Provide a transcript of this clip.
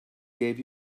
gave